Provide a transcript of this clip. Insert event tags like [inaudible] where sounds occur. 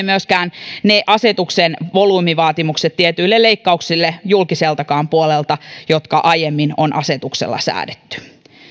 [unintelligible] myöskään ne asetuksen volyymivaatimukset tietyille leikkauksille julkiseltakaan puolelta jotka aiemmin on asetuksella säädetty